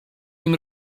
nim